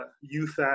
youth